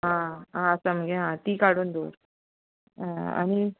आं आसा मगे आं तीं काडून दवर आनी